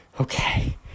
okay